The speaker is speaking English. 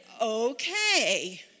okay